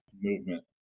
movement